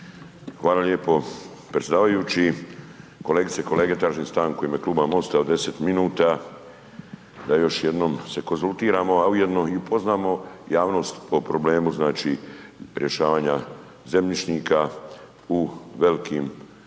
Hvala lijepo predsjedavajući. Kolegice i kolege, tražim stanku u ime Kluba MOST-a od 10 minuta da još jednom se konzultiramo, a ujedno i upoznamo javnost o problemu znači rješavanja zemljišnika u velikim projektima